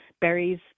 berries